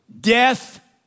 death